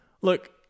look